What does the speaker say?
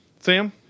Sam